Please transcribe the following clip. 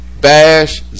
Bash